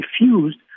refused